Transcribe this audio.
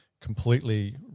completely